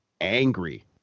angry